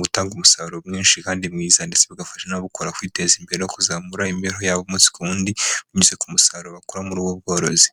butanga umusaruro mwinshi kandi mwiza ndetse bagafasha no gukora, kwiteza imbere no kuzamura imibereho yabo umunsi ku wundi binyuze ku musaruro bakura muri ubwo bworozi.